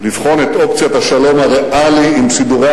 לבחון את אופציית השלום הריאלי עם סידורי